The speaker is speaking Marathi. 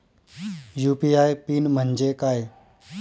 यू.पी.आय पिन म्हणजे काय?